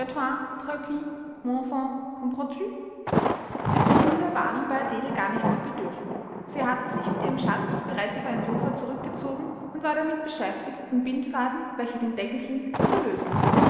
es schien dieser warnung bei adele gar nicht zu bedürfen sie hatte sich mit ihrem schatz bereits auf ein sofa zurückgezogen und war damit beschäftigt den bindfaden welcher den deckel hielt zu lösen